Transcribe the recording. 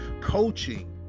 Coaching